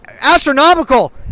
astronomical